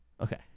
Okay